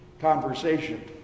conversation